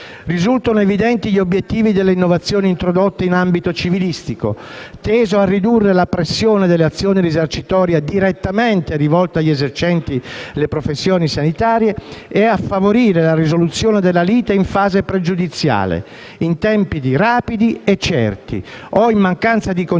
Risultano evidenti gli obiettivi delle innovazioni introdotte in ambito civilistico tese a ridurre la pressione delle azioni risarcitorie direttamente rivolte agli esercenti le professioni sanitarie e a favorire la risoluzione della lite in fase pregiudiziale in tempi rapidi e certi o, in mancanza di conciliazione,